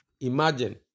Imagine